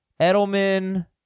Edelman